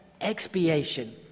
expiation